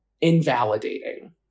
invalidating